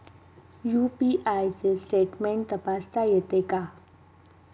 UPI चे statement तपासता येते का?